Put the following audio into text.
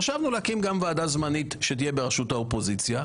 חשבנו להקים גם ועדה זמנית שתהיה בראשות האופוזיציה.